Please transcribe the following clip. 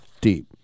deep